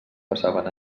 passaven